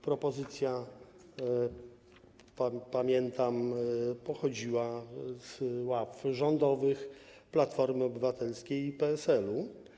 Propozycja - pamiętam - pochodziła z ław rządowych Platformy Obywatelskiej i PSL-u.